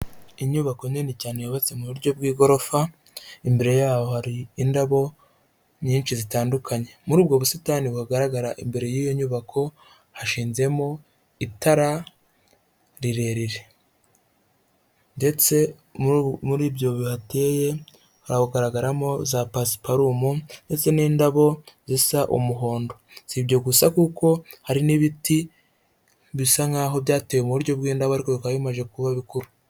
Inyubako nini cyane yubatse mu buryo bw'igorofa, imbere yaho hari indabo nyinshi zitandukanye, muri ubwo busitani bugaragara imbere y'iyo nyubako hashinzemo itara rirerire ndetse muri ibyo bihateye hagaragaramo za pasiparumu ndetse n'indabo zisa umuhondo, si ibyo gusa kuko hari n'ibiti bisa nkaho byatewe mu buryo bw'indabo ariko bikaba bimaje kuba bikuru.